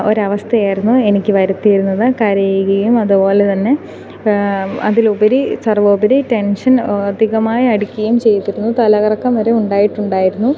ഒരവസ്ഥയായിരുന്നു എനിക്ക് വരുത്തിയിരുന്നത് കരയുകയും അതുപോലെതന്നെ അതിലുപരി സർവ്വോപരി ടെൻഷൻ അധികമായി അടിക്കുകയും ചെയ്തിരുന്നു തലകറക്കം വരെ ഉണ്ടായിട്ടുണ്ടായിരുന്നു